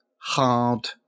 hard